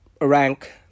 rank